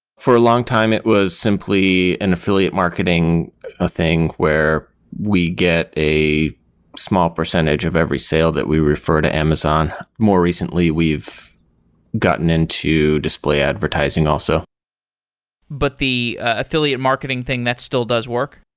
for a long time it was simply an affiliate marketing thing where we get a small percentage of every sale that we refer to amazon. more recently, we've gotten into display advertising also but the affiliate marketing thing, that still does work?